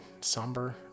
somber